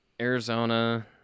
Arizona